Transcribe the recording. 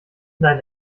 deine